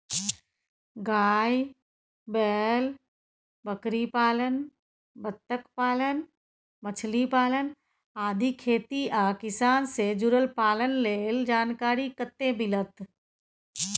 गाय, बैल, बकरीपालन, बत्तखपालन, मछलीपालन आदि खेती आ किसान से जुरल पालन लेल जानकारी कत्ते मिलत?